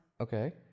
Okay